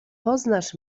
poznasz